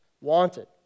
wanted